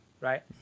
right